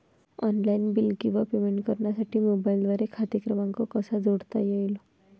Online bill किंवा payment करण्यासाठी मोबाईलद्वारे खाते क्रमांक कसा जोडता येईल?